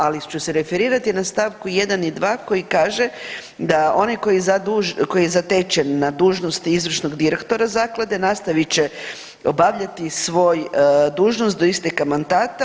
Ali ću se referirati na st. 1. i 2. koji kaže da onaj tko je zatečen na dužnosti izvršnog direktora zaklade nastavit će obavljati svoju dužnost do isteka mandata.